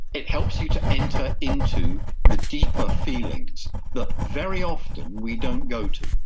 it helps you to enter into the deeper feelings that very often we don't go to.